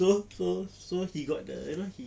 so so so he got the you know he